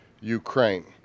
Ukraine